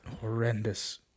horrendous